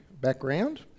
background